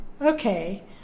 okay